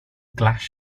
glass